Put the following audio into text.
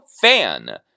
Fan